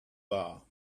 bar